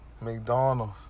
McDonald's